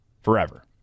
Forever